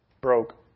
broke